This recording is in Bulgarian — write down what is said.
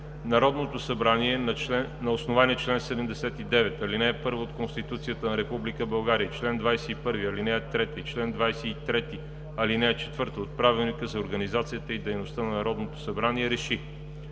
Народното събрание на основание чл. 79, ал. 1 от Конституцията на Република България и чл. 21, ал. 3 и чл. 23, ал. 4 от Правилника за организацията и дейността на Народното събрание РЕШИ: